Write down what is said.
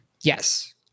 yes